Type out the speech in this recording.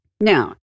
Now